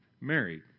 married